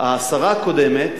השרה הקודמת